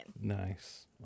Nice